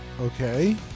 okay